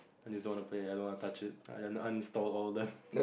I just don't want to play I don't want to touch it and uninstall all them